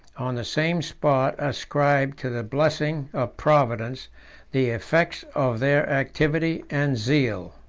on the same spot ascribed to the blessing of providence the effects of their activity and zeal.